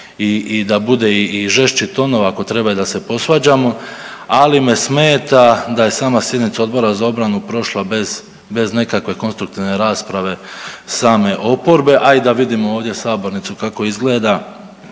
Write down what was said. i da bude i žešćih tonova ako treba i da se posvađamo. Ali me smeta da je sama sjednica Odbora za obranu prošla bez nekakve konstruktivne rasprave, same oporbe, a i da vidimo ovdje sabornicu kako izgleda.